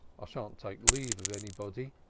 i shan't take leave of anybody,